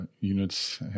units